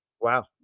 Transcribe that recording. Wow